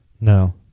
No